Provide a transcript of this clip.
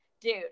dude